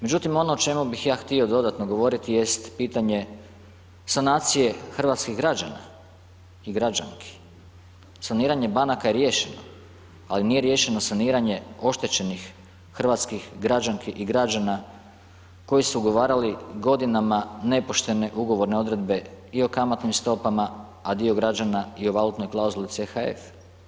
Međutim, ono o čemu bih ja htio dodatno govoriti jest pitanje sanacije hrvatskih građana i građanki, saniranje banaka je riješeno, ali nije riješeno saniranje oštećenih hrvatskih građanki i građana koji su ugovarali godinama nepoštene ugovorne odredbe i o kamatnim stopama, a dio građana i u valutnoj klauzuli CHF.